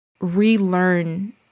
relearn